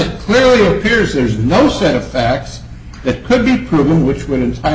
it clearly appears there's no set of facts that could be proven with what is i